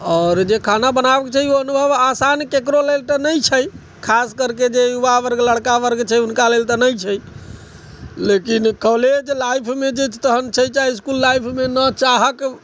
आओर जे खाना बनाबैके छै ओ आसान ककरो लेल तऽ नहि छै खास करके जे युवा वर्ग लड़का वर्ग छै हुनका लेल तऽ नहि छै लेकिन कॉलेज लाइफमे तखन छै जे इसकुल लाइफमे न चाहके